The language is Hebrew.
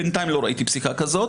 בינתיים לא ראיתי פסיקה כזאת.